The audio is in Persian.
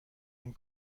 این